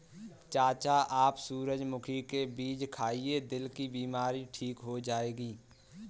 चाचा आप सूरजमुखी के बीज खाइए, दिल की बीमारी ठीक हो जाएगी